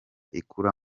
ikura